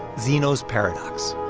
zeno's paradox